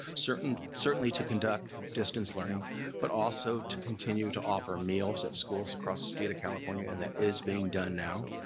certainly certainly to conduct distance learning but also to continue to offer meals at schools across the state of california and that is being done now.